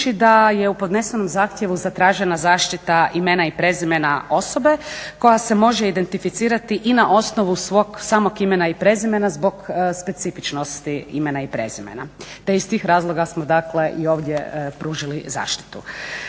da je u podnesenom zahtjevu zatražena zaštita imena i prezimena osobe koja se može identificirati i na osnovu svog samog imena i prezimena zbog specifičnosti imena i prezimena te iz tih razloga smo, dakle i ovdje pružili zaštitu.